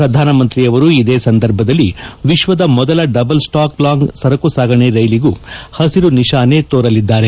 ಪ್ರಧಾನಮಂತ್ರಿ ಅವರು ಇದೇ ಸಂದರ್ಭದಲ್ಲಿ ವಿಶ್ವದ ಮೊದಲ ಡಬಲ್ ಸ್ಟಾಕ್ ಲಾಂಗ್ ಸರಕು ಸಾಗಣೆ ರೈಲಿಗೂ ಹಸಿರು ನಿಶಾನೆ ತೋರಲಿದ್ದಾರೆ